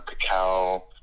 cacao